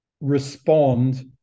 respond